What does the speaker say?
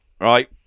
Right